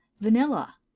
Vanilla